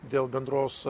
dėl bendros